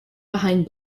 behind